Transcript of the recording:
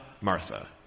Martha